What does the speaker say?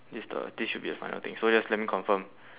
this the this should be the final thing so just let me confirm